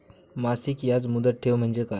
मासिक याज मुदत ठेव म्हणजे काय?